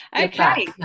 okay